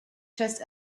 just